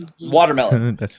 Watermelon